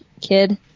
kid